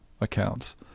accounts